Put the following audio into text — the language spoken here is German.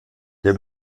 der